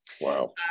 Wow